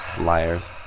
Liars